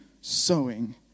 sowing